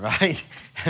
right